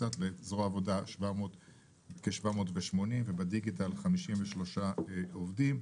בזרוע העבודה כ-780 ובדיגיטל כ- 53 עובדים.